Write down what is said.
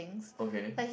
okay